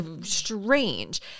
Strange